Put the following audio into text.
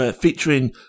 featuring